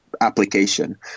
application